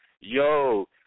yo